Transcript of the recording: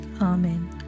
Amen